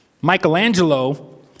Michelangelo